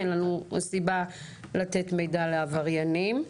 אין לנו סיבה לתת מידע לעבריינים.